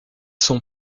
sont